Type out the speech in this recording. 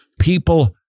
People